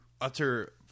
utter